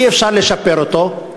אי-אפשר לשפר אותו.